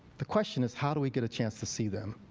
the question is how do we get a chance to see them.